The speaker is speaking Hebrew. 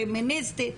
פמיניסטית,